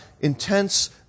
intense